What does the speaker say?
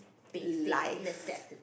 basic necessi~